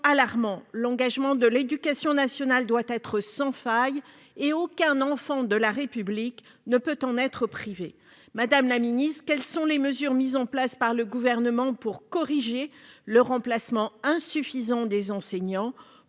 L'engagement de l'éducation nationale doit être sans faille et aucun enfant de la République ne peut en être privé. Madame la ministre, quelles sont les mesures mises en place par le Gouvernement pour corriger le remplacement insuffisant des enseignants